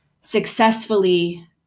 successfully